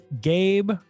Gabe